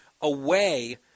away